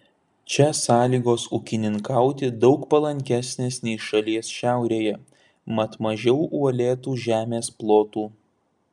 čia sąlygos ūkininkauti daug palankesnės nei šalies šiaurėje mat mažiau uolėtų žemės plotų